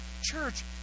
Church